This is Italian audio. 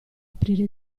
aprire